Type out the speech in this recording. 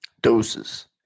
Doses